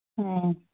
ꯑꯣ